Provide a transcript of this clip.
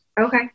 Okay